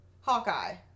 Hawkeye